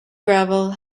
gravel